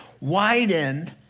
widen